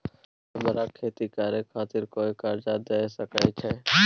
हमरा खेती करे खातिर कोय कर्जा द सकय छै?